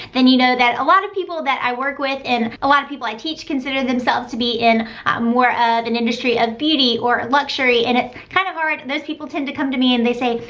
then you know that a lot of people that i work with and a lot of people i teach, consider themselves to be in more of an industry of beauty or luxury. and it's kind of hard, those people tend to come to me and they say,